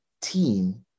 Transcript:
team